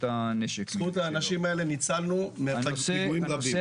בזכות האנשים האלה ניצלנו מפיגועים רבים.